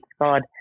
God